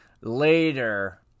later